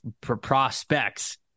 prospects